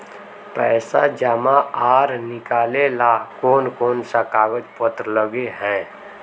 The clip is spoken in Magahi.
पैसा जमा आर निकाले ला कोन कोन सा कागज पत्र लगे है?